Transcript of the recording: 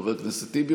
חבר הכנסת טיבי,